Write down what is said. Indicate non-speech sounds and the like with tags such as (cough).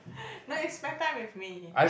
(laughs) no you spend time with me